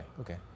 Okay